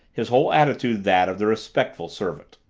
his whole attitude that of the respectful servant.